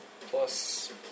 plus